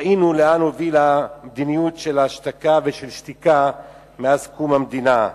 ראינו לאן הובילה המדיניות של ההשתקה ושל שתיקה מאז קום המדינה.